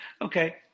okay